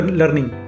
learning